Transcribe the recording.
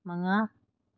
ꯃꯉꯥ